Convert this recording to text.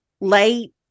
late